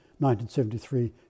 1973